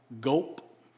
gulp